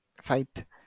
fight